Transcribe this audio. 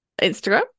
Instagram